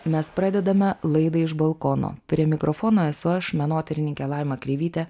mes pradedame laidą iš balkono prie mikrofono esu aš menotyrininkė laima kreivytė